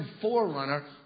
forerunner